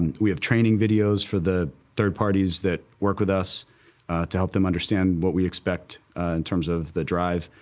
and we have training videos for the third parties that work with us to help them understand what we expect in terms of the drive,